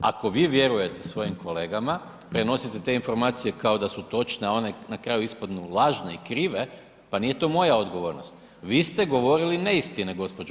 Ako vi vjerujete svojim kolegama, prenosite te informacije kao da su točne, a one na kraju ispadnu lažne i krive, pa nije to moja odgovornost, vi ste govorili neistine gđo.